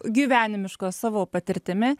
gyvenimiškos savo patirtimi